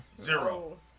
zero